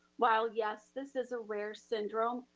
while yes, this is a rare syndrome,